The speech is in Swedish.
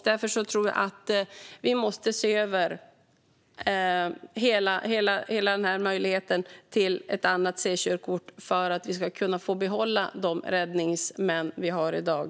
Därför tror jag att vi måste se över möjligheten till ett annat C-körkort för att kunna behålla de räddningsmän vi har i dag.